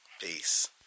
Peace